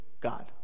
God